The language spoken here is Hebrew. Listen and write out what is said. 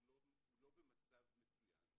והוא לא במצב מצוין,